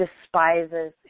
despises